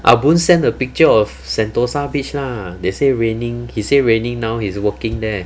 ah boon sent a picture of sentosa beach lah they say raining he say raining now he's working there